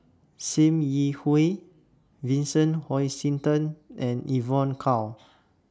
SIM Yi Hui Vincent Hoisington and Evon Kow